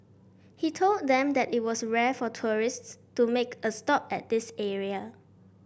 he told them that it was rare for tourists to make a stop at this area